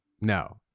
No